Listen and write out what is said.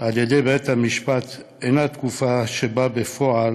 על-ידי בית-המשפט אינה התקופה שבה בפועל